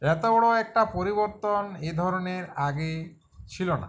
এত বড়ো একটা পরিবর্তন এই ধরনের আগে ছিলো না